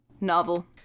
novel